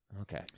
Okay